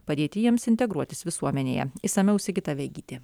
padėti jiems integruotis visuomenėje išsamiau sigita vegytė